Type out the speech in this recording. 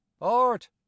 art